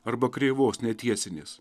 arba kreivos netiesinės